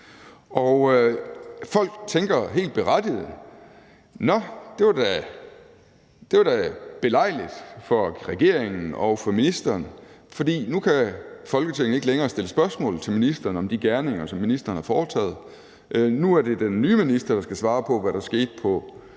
folk tænker helt berettiget: Nå, det var da belejligt for regeringen og for ministeren, for nu kan Folketinget ikke længere stille spørgsmål til ministeren om de gerninger, som ministeren har foretaget sig. Nu er det den nye minister, der skal svare på, hvad der skete på